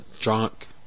@drunk